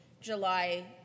July